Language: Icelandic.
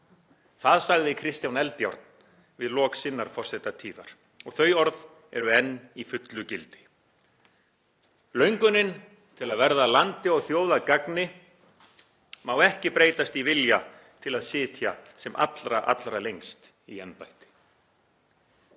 Það sagði Kristján Eldjárn við lok sinnar forsetatíðar og þau orð eru enn í fullu gildi. Löngunin til að verða landi og þjóð að gagni má ekki breytast í vilja til að sitja sem allra lengst í embætti.